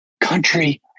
country